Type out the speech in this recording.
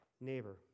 neighbor